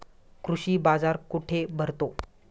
कृषी बाजार कुठे भरतो?